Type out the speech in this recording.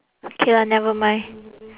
K lah never mind